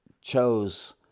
chose